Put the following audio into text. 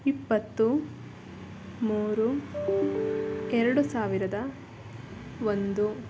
ಇಪ್ಪತ್ತು ಮೂರು ಎರಡು ಸಾವಿರದ ಒಂದು